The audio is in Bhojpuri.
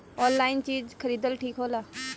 आनलाइन चीज खरीदल ठिक होला?